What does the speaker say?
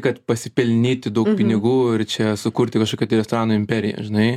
kad pasipelnyti daug pinigų ir čia sukurti kažkokią tai restoranų imperiją žinai